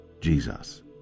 Jesus